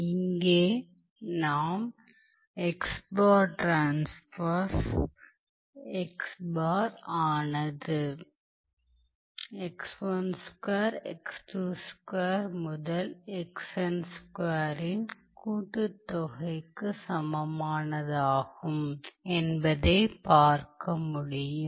இங்கே நாம் ஆனது இன் கூட்டுத்தொகைக்கு சமமானதாகும் என்பதைப் பார்க்க முடியும்